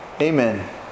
Amen